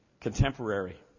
contemporary